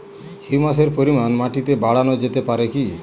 হিউমাসের পরিমান মাটিতে বারানো যেতে পারে কি?